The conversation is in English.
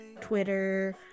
twitter